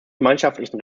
gemeinschaftlichen